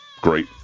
great